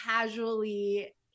casually